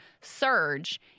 surge